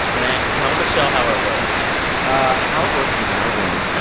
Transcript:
matt, tell michelle how it works ah how it works is i win